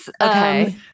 Okay